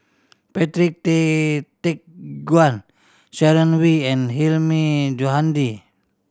Patrick Tay Teck Guan Sharon Wee and Hilmi Johandi